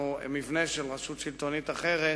מבנה של רשות שלטונית אחרת,